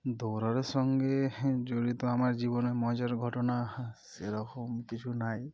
দৌড়ানোর সঙ্গে জড়িত আমার জীবনে মজার ঘটনা সেরকম কিছু নেই